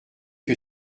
que